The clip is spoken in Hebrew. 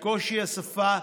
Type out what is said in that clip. ויש קושי בשפה.